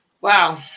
Wow